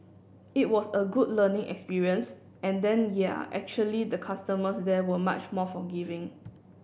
it was a good learning experience and then yeah actually the customers there were much more forgiving